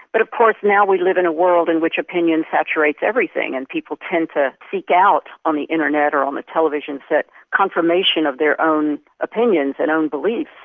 but of course now we live in a world in which opinion saturates everything and people tend to seek out on the internet or on the television set confirmation of their own opinions and own beliefs.